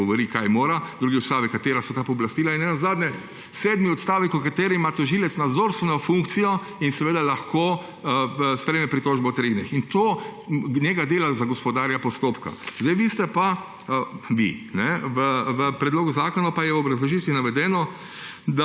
kjer govori kaj mora, drugi odstavek, katera so ta pooblastila, in nenazadnje sedmi odstavek, v katerem ima tožilec nadzorstveno funkcijo in lahko sprejme pritožbo v treh dneh. In to njega dela za gospodarja postopka. V predlogu zakona pa je v obrazložitvi navedeno,